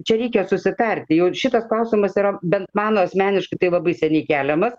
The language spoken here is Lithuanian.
čia reikia susitarti jau šitas klausimas yra bent mano asmeniškai tai labai seniai keliamas